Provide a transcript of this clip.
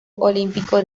olímpico